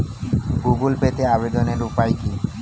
Google পেতে আবেদনের উপায় কি?